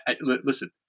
Listen